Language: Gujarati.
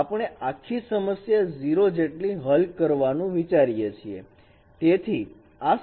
આપણે આખી સમસ્યા 0 જેટલી હલ કરવાનું વિચારીએ છીએ